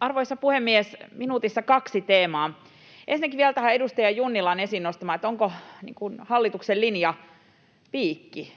Arvoisa puhemies! Minuutissa kaksi teemaa. Ensinnäkin vielä tähän edustaja Junnilan esiin nostamaan asiaan, onko hallituksen linja ”piikki”.